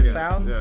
sound